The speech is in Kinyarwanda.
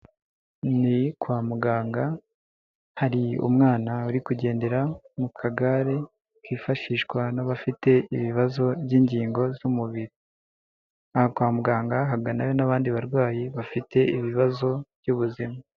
Ni kwa muganga, hari umwana uri kugendera mu kagare kifashishwa n'abafite ibibazo by'ingingo z'umubiri. Aha kwa muganga haganayo n'abandi barwayi bafite ibibazo by'ubuzima.